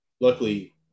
luckily